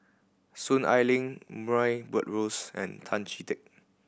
Soon Ai Ling Murray Buttrose and Tan Chee Teck